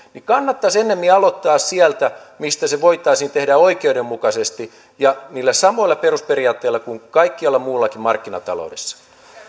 kannattaisi ennemmin aloittaa sieltä mistä se voitaisiin tehdä oikeudenmukaisesti ja niillä samoilla perusperiaatteilla kuin kaikkialla muuallakin markkinataloudessa